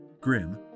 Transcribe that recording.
grim